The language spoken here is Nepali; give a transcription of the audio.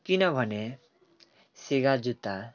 किनभने सेगा जुत्ता